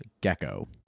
gecko